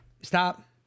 Stop